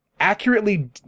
accurately